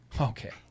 Okay